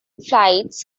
flights